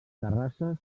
terrasses